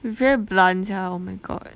you very blunt sia oh my god